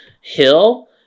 hill